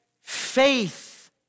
faith